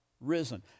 risen